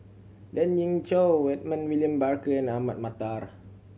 Lien Ying Chow Edmund William Barker and Ahmad Mattar